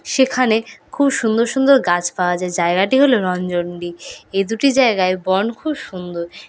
সেখানে খুব সুন্দর সুন্দর গাছ পাওয়া যায় জায়গাটি হল রঞ্জনডিহ এ দুটি জায়গায় বন খুব সুন্দর